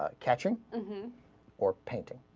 ah catching or painting